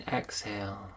exhale